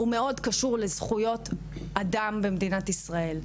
הוא קשור מאוד לזכויות אדם במדינת ישראל.